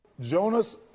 Jonas